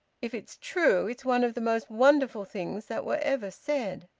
if it's true, it's one of the most wonderful things that were ever said.